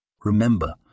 Remember